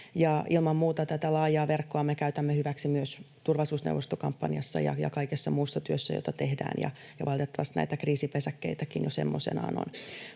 Ilman muuta tätä laajaa verkkoamme käytämme hyväksi myös turvallisuusneuvostokampanjassa ja kaikessa muussa työssä, jota tehdään, ja valitettavasti näitä kriisipesäkkeitäkin jo semmoisenaan on.